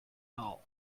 all